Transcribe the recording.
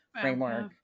framework